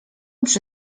przy